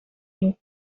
you